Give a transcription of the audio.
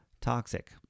toxic